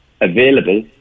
available